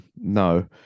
no